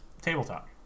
tabletop